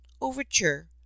Overture